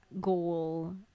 goal